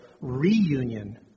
reunion